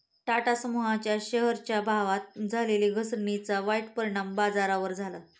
टाटा समूहाच्या शेअरच्या भावात झालेल्या घसरणीचा वाईट परिणाम बाजारावर झाला